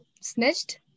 snitched